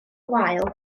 wael